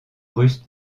russe